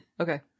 Okay